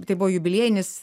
tai buvo jubiliejinis